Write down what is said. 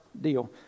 deal